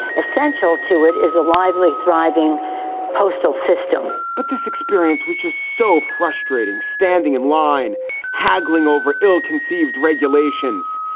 essential to it is a lively, thriving postal system but this experience, which is so frustrating, standing in line haggling over ill conceived regulations.